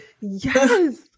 Yes